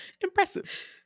Impressive